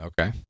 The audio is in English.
Okay